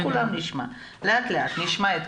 נשמע את כולם לאט לאט.